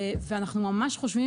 ואנחנו ממש חושבים